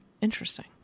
Interesting